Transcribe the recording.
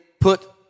put